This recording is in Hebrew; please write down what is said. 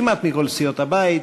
כמעט מכל סיעות הבית,